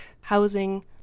housing